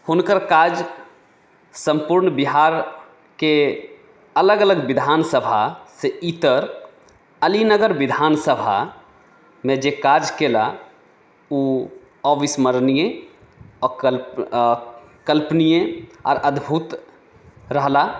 हुनकर काज सम्पूर्ण बिहारके अलग अलग विधान सभासँ इतर अली नगर विधान सभामे जे काज कयलाह ओ अविस्मरणीय अकल्प अकल्पनीय आओर अदभुत रहलाह